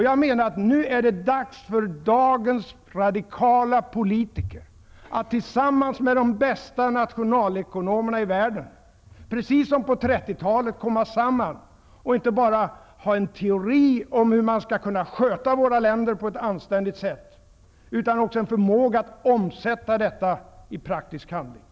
Jag menar att det nu är dags för dagens radikala politiker och världens framstående nationalekonomer att komma samman, precis som på 30-talet, och inte bara enas om en teori om hur man skall kunna sköta våra länder på ett anständigt sätt utan också omsätta kunskaperna i praktisk handling.